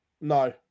No